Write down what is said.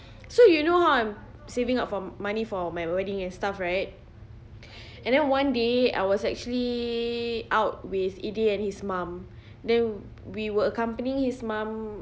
so you know how I'm saving up for money for my wedding and stuff right and then one day I was actually out with eday and his mum then we were accompanying his mum